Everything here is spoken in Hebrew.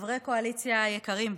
חברי הקואליציה היקרים,